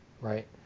right